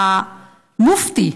המופתי,